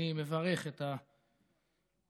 אני מברך את הקואליציה,